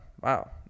Wow